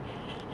what's good